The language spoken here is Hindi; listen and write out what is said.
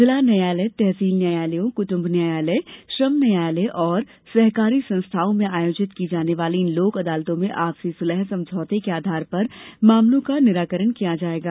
जिला न्यायालय तहसील न्यायालयों कुटुम्ब न्यायालय श्रम न्यायालय और सहकारी संस्थाओं में आयोजित की जाने वाली इन लोक अदालतों में आपसी सुलह समझौते के आधार पर मामलों का निराकरण किया जायेगा